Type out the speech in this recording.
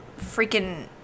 freaking